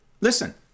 Listen